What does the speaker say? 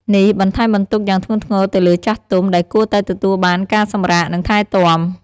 នេះបន្ថែមបន្ទុកយ៉ាងធ្ងន់ធ្ងរទៅលើចាស់ទុំ ដែលគួរតែទទួលបានការសម្រាក និងថែទាំ។